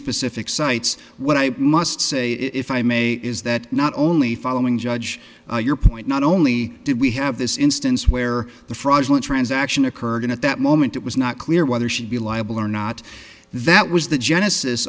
specific sites what i must say if i may is that not only following judge your point not only did we have this instance where the fraudulent transaction occurred and at that moment it was not clear whether she'd be liable or not that was the genesis